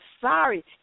sorry